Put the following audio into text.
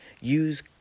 Use